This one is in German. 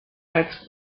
als